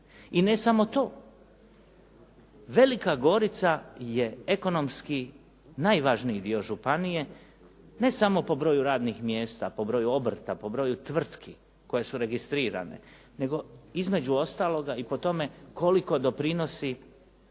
I ne samo to. Velika Gorica je ekonomski najvažniji dio županije ne samo po broju radnih mjesta, po broju obrta, po broju tvrtki koje su registrirane nego između ostaloga i po tome koliko doprinosi